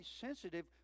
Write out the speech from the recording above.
sensitive